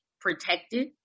protected